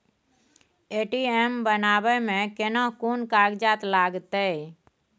ATM बनाबै मे केना कोन कागजात लागतै?